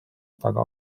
taga